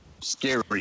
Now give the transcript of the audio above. scary